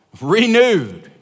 renewed